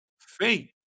faith